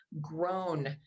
grown